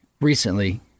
recently